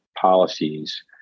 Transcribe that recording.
policies